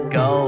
go